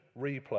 replay